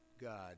God